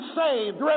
saved